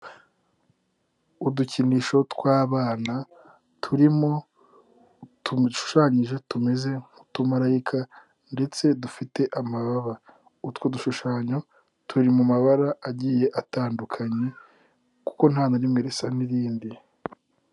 Udukinisho tw'abana, turimo tumushushanyije tumeze nk'utumarayika, ndetse dufite amababa. Utwo dushushanyo, turi mu mabara agiye atandukanye, kuko nta na rimwe risa n'irindi.